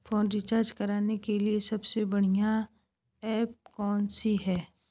Phone recharge करने के लिए सबसे बढ़िया ऐप कौन सी है?